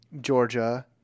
Georgia